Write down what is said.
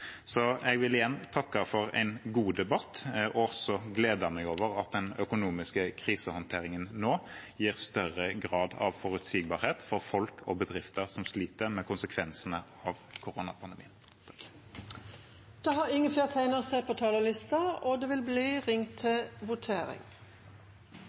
Jeg vil igjen takke for en god debatt, og så gleder jeg meg over at den økonomiske krisehåndteringen nå gir større grad av forutsigbarhet for folk og bedrifter som sliter med konsekvensene av koronapandemien. Flere har ikke bedt om ordet til sakene nr. 5 og 6. Da er Stortinget klar til